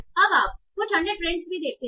अब आप कुछ अन्य ट्रेंडस भी देख सकते हैं